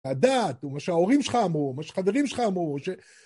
הדעת, ומה שההורים שלך אמרו, מה שחברים שלך אמרו